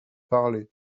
parlé